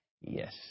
Yes